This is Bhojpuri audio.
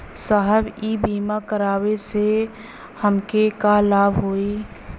साहब इ बीमा करावे से हमके का लाभ होई?